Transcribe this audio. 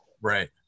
Right